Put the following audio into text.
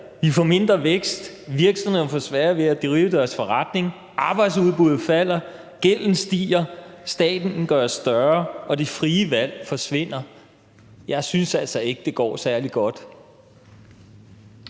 vi får mindre vækst, virksomhederne får sværere ved at drive deres forretning, arbejdsudbuddet falder, gælden stiger, staten gøres større, og det frie valg forsvinder. Jeg synes altså ikke, det går særlig godt.